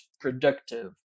productive